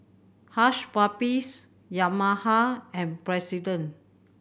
Hush Puppies Yamaha and President